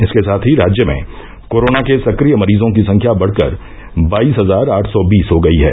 इसके साथ ही राज्य में कोरोना के सक्रिय मरीजों की संख्या बढ़कर बाईस हजार आठ सौ बीस हो गयी है